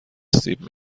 سیب